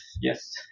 yes